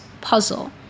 puzzle